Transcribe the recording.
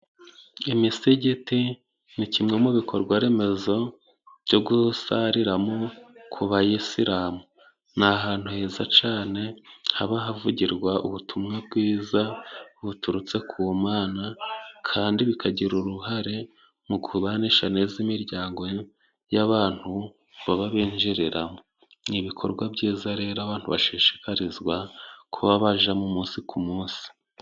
Imisigiti ni kimwe mu bikorwa remezo byo gusariramo ku bayisilamu, ni ahantu heza cyane haba havugirwa ubutumwa bwiza buturutse ku Mana kandi bikagira uruhare mu kubanisha neza imiryango y'abantu baba binjiriramo .Ni ibikorwa byiza rero abantu bashishikarizwa kuba bajyamo umunsi ku musi.